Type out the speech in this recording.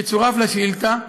שצורף לשאילתה,